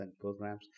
programs